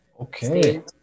Okay